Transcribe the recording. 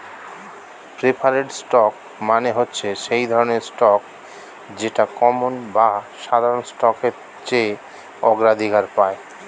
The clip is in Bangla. প্রেফারড স্টক মানে হচ্ছে সেই স্টক যেটা কমন বা সাধারণ স্টকের চেয়ে অগ্রাধিকার পায়